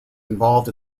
involved